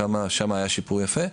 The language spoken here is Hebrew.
כמה שם היה שיפור יפה.